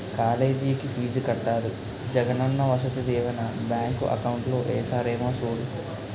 కాలేజికి ఫీజు కట్టాలి Jagananna Vasathi Deevena bank account లో ఏసారేమో సూడు